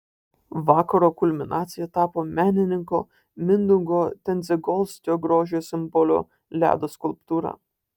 vakaro kulminacija tapo menininko mindaugo tendziagolskio grožio simbolio ledo skulptūra